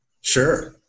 Sure